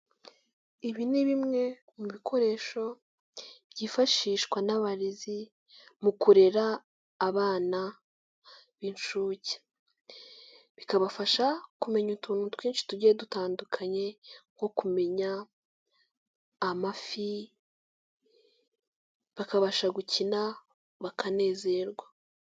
Ibi ni bimwe mu bikoresho byifashishwa n'abarezi mu kurera abana b'inshuke, bikabafasha kumenya utuntu twinshi tugiye dutandukanye; nko kumenya amafi, bakabasha gukina, bakanezerwa.